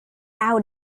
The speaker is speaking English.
out